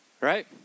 right